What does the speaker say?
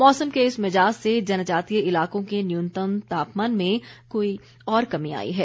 मौसम के इस मिजाज़ से जनजातीय इलाकों के न्यूनतम तापमान में और कमी आई है